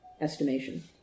estimation